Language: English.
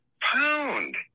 pound